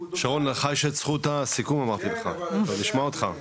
שרון, לך יש את זכות הסיכום, עוד נשמע אותך.